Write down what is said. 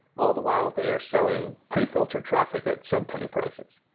all the while, they are selling pre-filtered traffic at sub-penny prices.